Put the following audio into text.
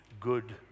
good